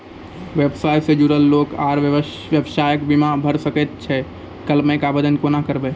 व्यवसाय सॅ जुड़ल लोक आर व्यवसायक बीमा भऽ सकैत छै? क्लेमक आवेदन कुना करवै?